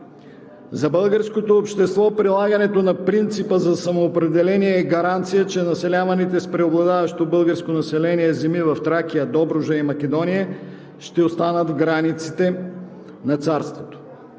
За българското общество прилагането на принципа за самоопределение е гаранция, че населяваните с преобладаващо българско население земи в Тракия, Добруджа и Македония ще останат в границите на царството.